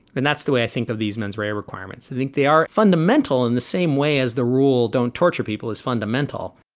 and that's the way i think of these mens rea requirements. i think they are fundamental in the same way as the rule. don't torture people as fundamental